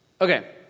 Okay